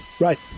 Right